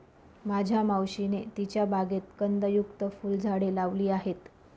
माझ्या मावशीने तिच्या बागेत कंदयुक्त फुलझाडे लावली आहेत